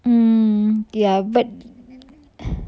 mm ya okay but